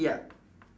ya